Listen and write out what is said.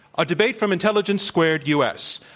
a debate from intelligence squared u. s.